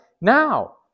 now